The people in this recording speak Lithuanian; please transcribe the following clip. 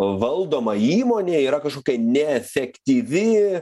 valdoma įmonė yra kažkokia neefektyvi